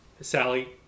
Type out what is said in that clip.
Sally